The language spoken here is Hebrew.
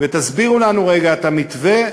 ותסבירו לנו רגע את המתווה,